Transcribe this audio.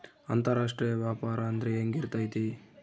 ಅಂತರಾಷ್ಟ್ರೇಯ ವ್ಯಾಪಾರ ಅಂದ್ರೆ ಹೆಂಗಿರ್ತೈತಿ?